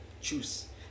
choose